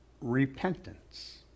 repentance